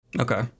Okay